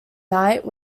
night